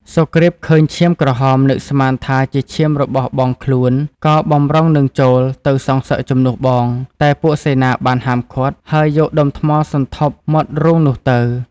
សុគ្រីពឃើញឈាមក្រហមនឹកស្មានថាជាឈាមរបស់បងខ្លួន ក៏បម្រុងនឹងចូល ទៅសងសឹកជំនួសបង តែពួកសេនាបានហាមឃាត់ ហើយយកថ្មសន្ធប់មាត់រូងនោះទៅ។